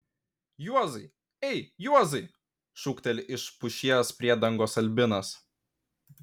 juozai ei juozai šūkteli iš pušies priedangos albinas